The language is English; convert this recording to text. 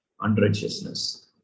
unrighteousness